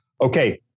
Okay